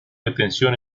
detención